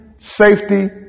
safety